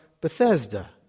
Bethesda